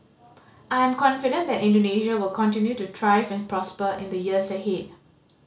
I am confident that Indonesia will continue to thrive and prosper in the years ahead